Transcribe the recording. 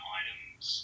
items